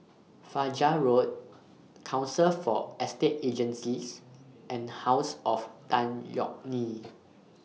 Fajar Road Council For Estate Agencies and House of Tan Yeok Nee